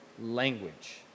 language